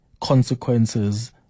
consequences